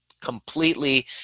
completely